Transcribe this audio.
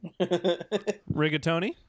rigatoni